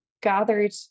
gathered